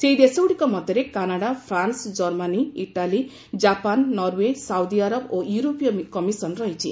ସେହି ଦେଶଗୁଡ଼ିକ ମଧ୍ୟରେ Canada France Germany Italy Japan Norway Saudi Arab ଓ ୟୁରୋପୀୟ କମିଶନ୍ ରହିଛି